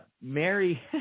Mary